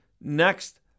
next